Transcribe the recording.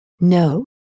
No